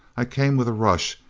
i came with a rush.